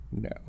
No